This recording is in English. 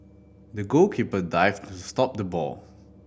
the goalkeeper dived to stop the ball